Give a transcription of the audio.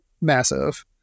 massive